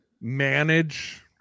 manage